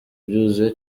byuzuye